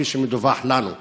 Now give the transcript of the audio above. כפי שמדווח לנו,